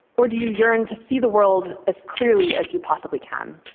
or do you yearn to see the world as clearly as you possibly can?